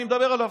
אני מדבר עליו.